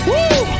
Woo